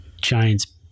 giants